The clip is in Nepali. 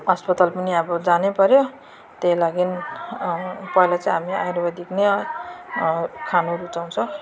अस्पताल पनि अब जानैपऱ्यो त्यही लागि पहिला चाहिँ हामी आयुर्वेदिक नै खान रुचाउँछौँ